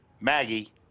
maggie